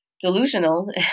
delusional